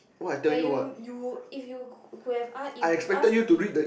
like you you if you could have asked if you ask me